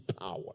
power